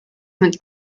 mit